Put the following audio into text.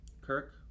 Kirk